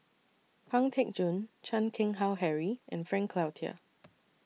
Pang Teck Joon Chan Keng Howe Harry and Frank Cloutier